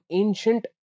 ancient